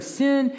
sin